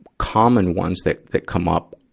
common ones that, that come up,